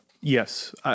Yes